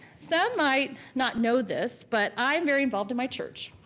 some might not know this but i am very involved in my church.